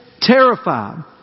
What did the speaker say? terrified